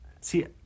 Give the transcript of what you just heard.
See